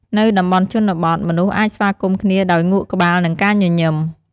នៅតំបន់ជនបទ មនុស្សអាចស្វាគមន៍គ្នាដោយងក់ក្បាល និងការញញឹម។